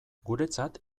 guretzat